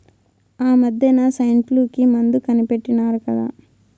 ఆమద్దెన సైన్ఫ్లూ కి మందు కనిపెట్టినారు కదా